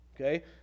Okay